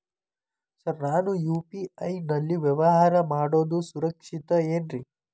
Sir ನಾನು UPI ನಲ್ಲಿ ವ್ಯವಹಾರ ಮಾಡೋದು ಸುರಕ್ಷಿತ ಏನ್ರಿ?